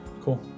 cool